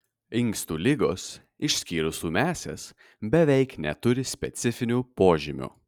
inkstų ligos išskyrus ūmiąsias beveik neturi specifinių požymių